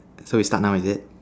so we start now is it